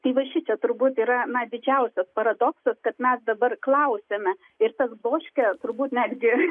tai va šičia turbūt yra na didžiausias paradoksas kad mes dabar klausiame ir tas bloškia turbūt netgi